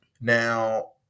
Now